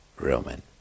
Roman